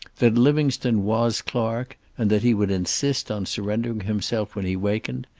that livingstone was clark, and that he would insist on surrendering himself when he wakened,